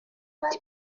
ati